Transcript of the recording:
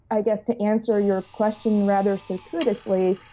i guess, to answer your question rather surreptitiously,